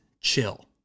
chill